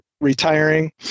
retiring